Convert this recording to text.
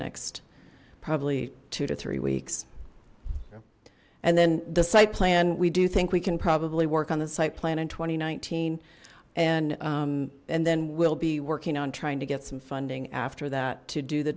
next probably two to three weeks and then the site plan we do think we can probably work on the site plan in two thousand and nineteen and and then we'll be working on trying to get some funding after that to do the